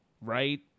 right